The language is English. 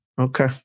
Okay